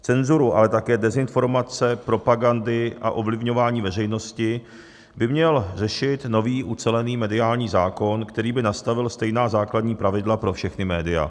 Cenzuru, ale také dezinformace, propagandy a ovlivňování veřejnosti by měl řešit nový ucelený mediální zákon, který by nastavil stejná základní pravidla pro všechna média.